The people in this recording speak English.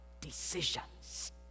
decisions